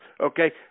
okay